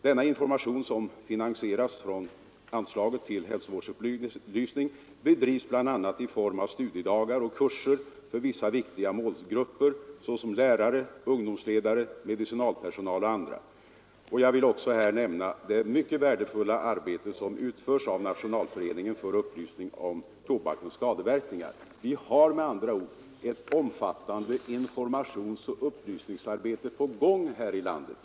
Denna information, som finansieras från anslaget till hälsovårdsupplysning, bedrivs bl.a. i form av studiedagar och kurser för vissa viktiga målgrupper såsom lärare, ungdomsledare och medicinalpersonal. Jag vill här nämna också det mycket värdefulla arbete som utförs av Nationalföreningen för upplysning om tobakens skadeverkningar. Ett omfattande informationsoch upplysningsarbete är med andra ord på gång här i landet.